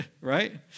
Right